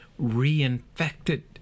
reinfected